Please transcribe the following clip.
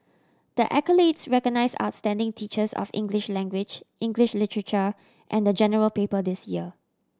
the accolades recognise outstanding teachers of English language English literature and the General Paper this year